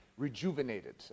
rejuvenated